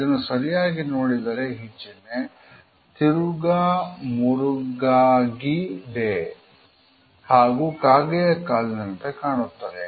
ಇದನ್ನು ಸರಿಯಾಗಿ ನೋಡಿದರೆ ಈ ಚಿನ್ಹೆ ತಿರುಗುಮುರುಗಾಗಿ ದೆ ಹಾಗೂ ಕಾಗೆಯ ಕಾಲಿನಂತೆ ಕಾಣುತ್ತದೆ